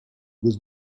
was